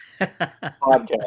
podcast